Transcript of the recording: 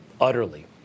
utterly